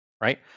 right